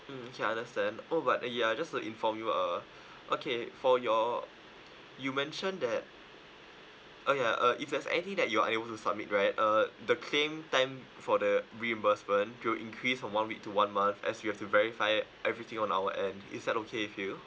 mm okay understand oh but uh ya just to inform you uh okay for your you mention that oh ya uh if there's any that you are able to submit right uh the claim time for the reimbursement will increase from one week to one month as we have to verify everything on our end is that okay with you